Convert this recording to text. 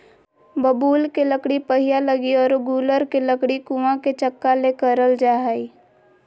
बबूल के लकड़ी पहिया लगी आरो गूलर के लकड़ी कुआ के चकका ले करल जा हइ